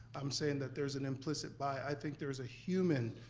i'm saying that there's an implicit by, i think there's a human,